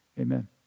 Amen